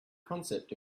concept